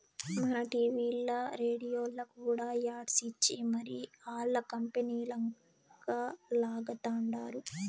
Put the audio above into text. మన టీవీల్ల, రేడియోల్ల కూడా యాడ్స్ ఇచ్చి మరీ ఆల్ల కంపనీలంక లాగతండారు